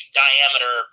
diameter